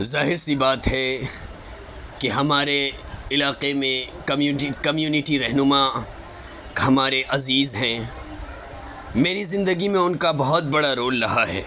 ظاہر سی بات ہے کہ ہمارے علاقے میں کمیونٹی کمیونٹی رہنما ہمارے عزیز ہیں میری زندگی میں ان کا بہت بڑا رول رہا ہے